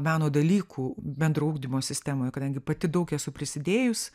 meno dalykų bendro ugdymo sistemoje kadangi pati daug esu prisidėjus